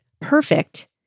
perfect